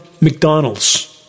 McDonald's